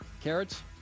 Carrots